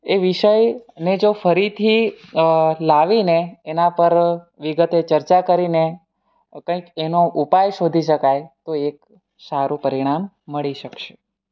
એ વિષયને જો ફરીથી લાવીને એના પર વિગતે ચર્ચા કરીને કંઈક એનો ઉપાય શોધી શકાય તો એક સારું પરિણામ મળી શકશે